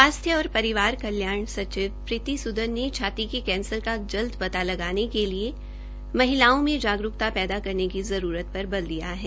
स्वास्थ्य और परिवार कल्याण सचिव प्रीति सूदन ने छाती के कैंसर का जल्द पता लगानेके लिए महिलाओं में जागरूकता पैदा करने की जरूरत पर बल दिया है